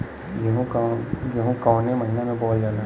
गेहूँ कवने महीना में बोवल जाला?